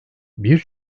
bir